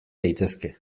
daitezke